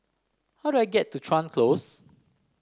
how do I get to Chuan Close